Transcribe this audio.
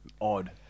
Odd